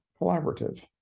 collaborative